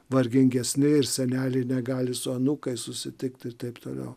vargingesni ir seneliai negali su anūkais susitikti ir taip toliau